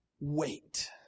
wait